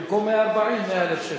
במקום 140,000, 100,000 שקל.